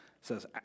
says